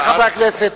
רבותי חברי הכנסת,